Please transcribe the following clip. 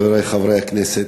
חברי חברי הכנסת,